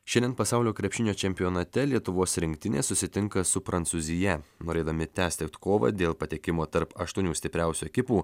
šiandien pasaulio krepšinio čempionate lietuvos rinktinė susitinka su prancūzija norėdami tęsti kovą dėl patekimo tarp aštuonių stipriausių ekipų